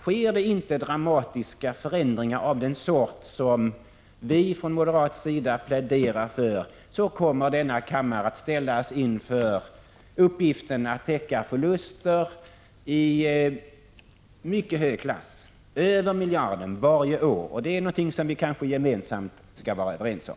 Sker det inte dramatiska förändringar av den sort som vi från moderat sida pläderar för, kommer denna kammare att ställas inför uppgiften att täcka förluster i mycket hög storleksordning — över 1 miljard varje år. Det är kanske något som vi kan vara överens om.